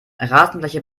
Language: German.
rasenfläche